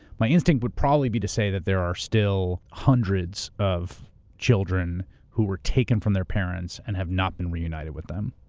my instinct would probably be to say that there are still hundreds of children who were taken from their parents, and have not been reunited with them,